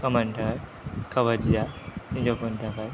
खामानिनि थाखाय काबादिया हिन्जावफोरनि थाखाय